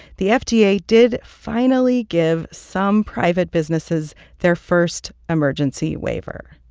the fda yeah did finally give some private businesses their first emergency waiver.